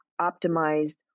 optimized